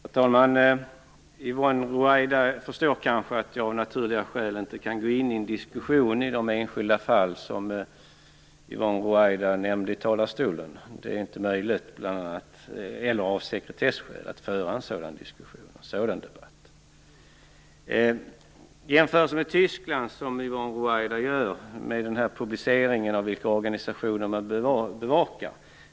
Herr talman! Yvonne Ruwaida förstår kanske att jag av naturliga skäl inte kan gå in i en diskussion om de enskilda fall som Yvonne Ruwaida nämnde i talarstolen. Det är bl.a. av sekretesskäl inte möjligt att föra en sådan debatt. Yvonne Ruwaida gör jämförelsen med Tyskland och publiceringen av vilka organisationer man bevakar.